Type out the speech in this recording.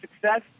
success